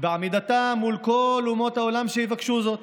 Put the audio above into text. בעמידתה מול כל אומות העולם שיבקשו זאת